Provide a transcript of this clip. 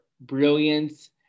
brilliance